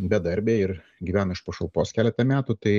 bedarbiai ir gyvena iš pašalpos keletą metų tai